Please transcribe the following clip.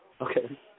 Okay